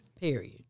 Period